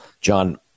John